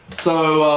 so